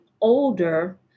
older